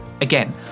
Again